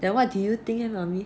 then what do you think eh mummy